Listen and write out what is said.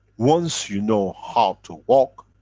once you know how to walk,